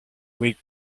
week